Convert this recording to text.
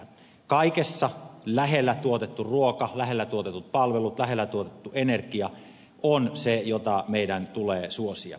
kaikessa lähellä tuotettu ruoka lähellä tuotetut palvelut lähellä tuotettu energia on se jota meidän tulee suosia